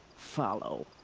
follow.